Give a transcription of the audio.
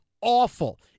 awful